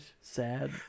Sad